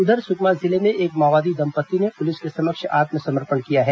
उधर सुकमा जिले में एक माओवादी दंपत्ति ने पुलिस के समक्ष आत्मसमर्पण किया है